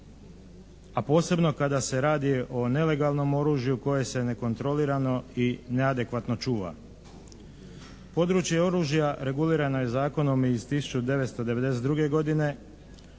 A posebno kada se radi o nelegalnom oružju koje se nekontrolirano i neadekvatno čuva. Područje oružja regulirano je zakonom iz 1992. godine,